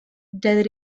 del